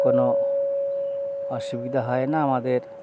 কোনও অসুবিধা হয় না আমাদের